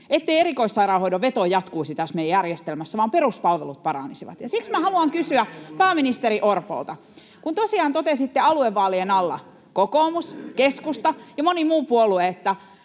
ettei erikoissairaanhoidon veto jatkuisi tässä meidän järjestelmässä, vaan peruspalvelut paranisivat. Siksi minä haluan kysyä pääministeri Orpolta: Tosiaan totesitte aluevaalien alla, kokoomus, keskusta ja moni muu puolue,